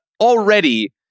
already